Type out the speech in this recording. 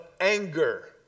anger